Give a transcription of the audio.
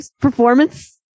performance